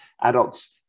adults